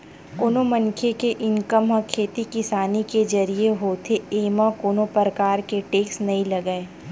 कोनो मनखे के इनकम ह खेती किसानी के जरिए होथे एमा कोनो परकार के टेक्स नइ लगय